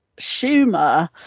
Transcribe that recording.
schumer